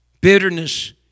Bitterness